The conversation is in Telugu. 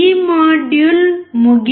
ఈ మాడ్యూల్ ముగింపు ఇది